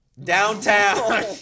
downtown